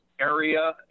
area